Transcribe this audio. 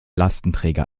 lastenträger